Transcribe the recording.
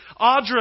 Audra